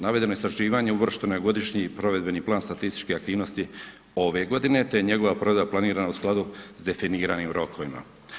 Navedeno istraživanje uvršteno je u Godišnji provedbeni plan statističke aktivnosti ove godine te je njegova provedba planirana u skladu s definiranim rokovima.